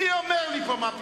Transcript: מי אומר לי פה, מה פתאום?